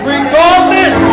Regardless